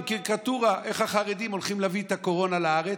עם קריקטורה איך החרדים הולכים להביא את הקורונה לארץ,